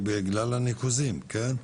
בגלל הניקוזים כן?